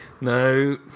No